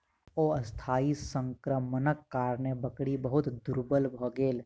अस्थायी संक्रमणक कारणेँ बकरी बहुत दुर्बल भ गेल